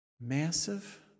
Massive